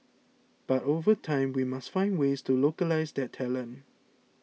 but over time we must find ways to localise that talent